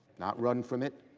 not run from it,